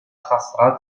асра